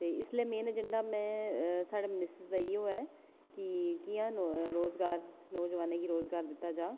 ते इसलै main agenda में साढ़े मिनिस्टर्स दा इयो ऐ कि कि'यां रोजगार नौजवानें गी रोजगार दित्ता जा